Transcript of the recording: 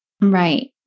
Right